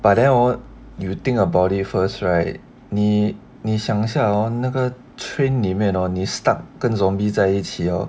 but then hor you think about it first right 你你想一下 hor 那个 train 里面 hor 你 stuck 跟 zombie 在一起 hor